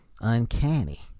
Uncanny